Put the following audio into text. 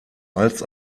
als